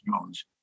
Jones